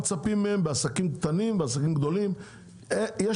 לעסקים קטנים או גדולים ולכל מי שצריך.